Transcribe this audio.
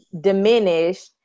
diminished